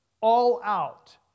all-out